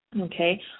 Okay